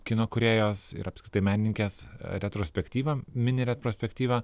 kino kūrėjos ir apskritai menininkės retrospektyvą mini retrospektyvą